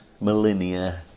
millennia